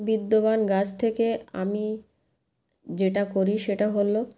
বিদ্যমান গাছ থেকে আমি যেটা করি সেটা হলো